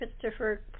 Christopher